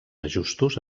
ajustos